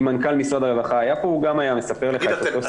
ואם מנכ"ל משרד הרווחה היה פה הוא גם היה מספר את אותו סיפור,